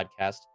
podcast